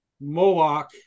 Moloch